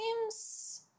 seems